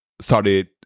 started